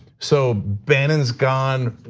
so ben and is gone.